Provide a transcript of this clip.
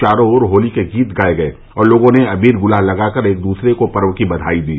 चारो ओर होली के गीत गाये गये और लोगों ने अबीर गुलाल लगाकर एक दूसरे को पर्व की बधाई दी